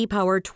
Power